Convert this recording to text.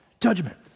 judgment